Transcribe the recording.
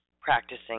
practicing